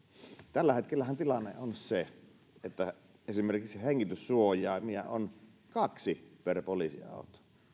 tällä hetkellähän tilanne on se että esimerkiksi hengityssuojaimia on kaksi per poliisiauto